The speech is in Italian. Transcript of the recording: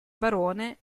barone